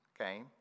okay